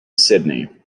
sydney